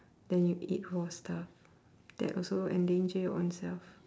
then you eat raw stuff that also endanger your ownself